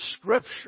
Scripture